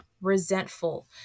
resentful